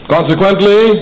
Consequently